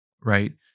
Right